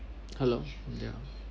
hello ya